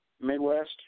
Midwest